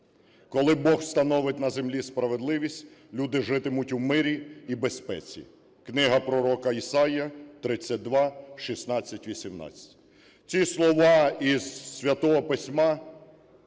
"Коли Бог встановить на землі справедливість, люди житимуть у мирі і безпеці" (Книга пророка Ісаї 32.16.18).